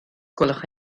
gwelwch